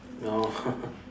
no